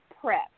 prep